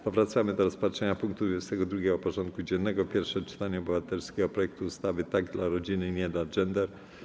Powracamy do rozpatrzenia punktu 22. porządku dziennego: Pierwsze czytanie obywatelskiego projektu ustawy Tak dla rodziny, nie dla gender.